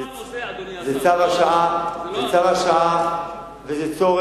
זה לא הנושא, אדוני השר, זה צו השעה וזה צורך